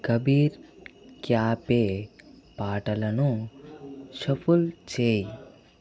Kabir cafe పాటలను shuffle చేయి